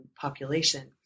population